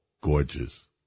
gorgeous